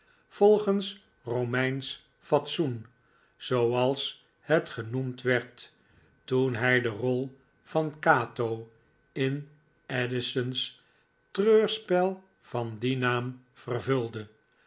volgens romeinsch fatsoen zooals het genoemd werd toen hij de rol van cato in addison's treurspel van dien naam vervulde